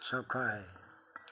ਸੌਖਾ ਹੈ